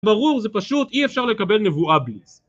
ברור זה פשוט אי אפשר לקבל נבואה בלי זה